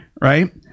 Right